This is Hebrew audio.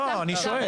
לא, אני שואל.